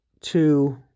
two